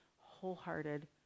wholehearted